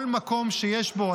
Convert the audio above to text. כל מקום שיש בו,